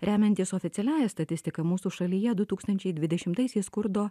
remiantis oficialiąja statistika mūsų šalyje du tūkstančiai dvidešimtaisiais skurdo